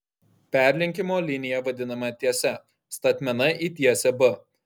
perlenkimo linija vadinama tiese statmena į tiesę b